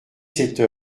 cette